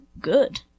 good